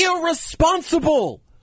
irresponsible